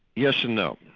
yes and no.